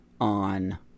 on